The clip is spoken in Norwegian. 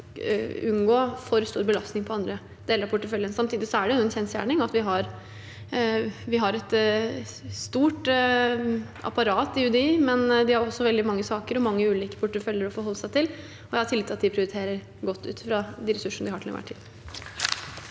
unngå for stor belastning på andre deler av porteføljen. Samtidig er det en kjensgjerning at vi har et stort apparat i UDI, men de har også veldig mange saker og mange ulike porteføljer å forholde seg til. Jeg har tillit til at de prioriterer godt ut fra de ressursene de til enhver tid